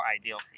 ideal